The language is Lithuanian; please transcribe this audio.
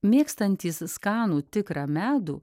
mėgstantys skanų tikrą medų